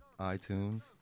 iTunes